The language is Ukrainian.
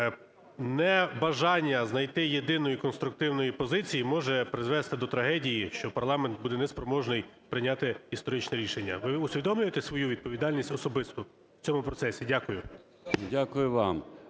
небажання знайти єдину і конструктивну позицію може призвести до трагедії, що парламент буде неспроможний прийняти історичне рішення? Ви усвідомлюєте свою відповідальність особисту в цьому процесі? Дякую. 12:36:58